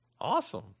Awesome